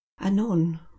anon